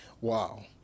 Wow